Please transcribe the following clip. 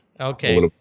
Okay